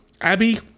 abby